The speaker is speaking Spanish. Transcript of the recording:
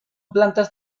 plantas